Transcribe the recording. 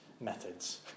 methods